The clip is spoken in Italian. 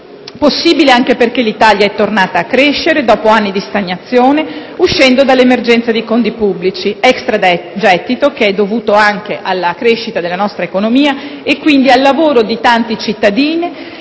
possibile anche perché l'Italia è tornata a crescere dopo anni di stagnazione, uscendo dall'emergenza dei conti pubblici. Extragettito che, in quanto dovuto anche alla crescita della nostra economia, è merito del lavoro di tanti cittadini,